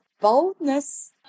boldness